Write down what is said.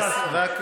רק 20,